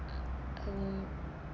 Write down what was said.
um